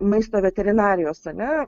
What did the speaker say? maisto veterinarijos a ne